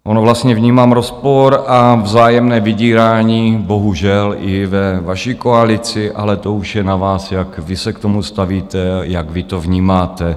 Ono vlastně vnímám rozpor a vzájemné vydírání bohužel i ve vaší koalici, ale to už je na vás, jak vy se k tomu stavíte, jak vy to vnímáte.